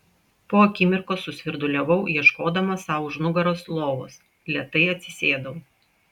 po akimirkos susvirduliavau ieškodama sau už nugaros lovos lėtai atsisėdau